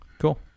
Cool